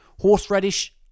Horseradish